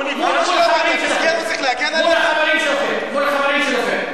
מול החברים שלכם.